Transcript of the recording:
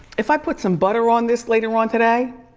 if i put some butter on this later on today,